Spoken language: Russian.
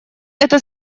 это